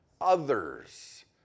others